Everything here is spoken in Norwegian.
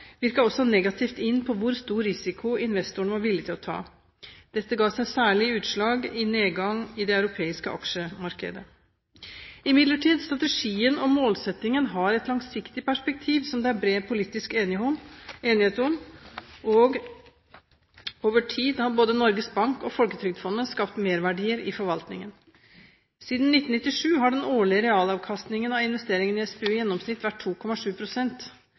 virket også negativt inn på hvor stor risiko investorene var villige til å ta. Dette ga seg særlig utslag i nedgang i det europeiske aksjemarkedet. Imidlertid har strategien og målsettingen et langsiktig perspektiv som det er bred politisk enighet om, og over tid har både Norges Bank og Folketrygdfondet skapt merverdier i forvaltningen. Siden 1997 har den årlige realavkastningen av investeringene i SPU i gjennomsnitt vært